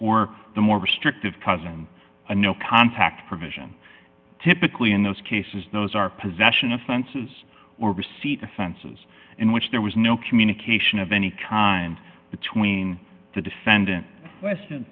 or the more restrictive cousin a no contact provision typically in those cases those are possession offenses or receipt offenses in which there was no communication of any kind between the defendant question